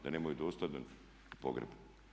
Da nemaju dostojan pogreb.